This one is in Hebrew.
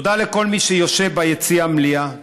תודה לכל מי שיושב ביציע המליאה.